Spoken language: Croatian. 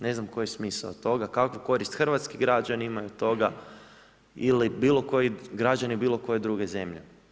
Ne znam koji je smisao toga, kakvu korist hrvatski građani imaju od toga ili bilo koji građani bilo koje druge zemlje.